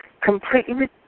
Completely